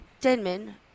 Denman